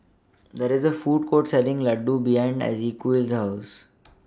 There IS A Food Court Selling Laddu behind Ezequiel's House